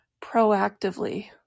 proactively